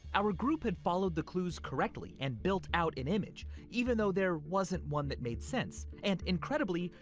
our group had followed the clues correctly and built out an image, even though there wasn't one that made sense. and, incredibly,